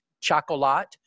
Chocolat